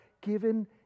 given